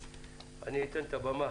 אני אתן את הבמה